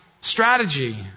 strategy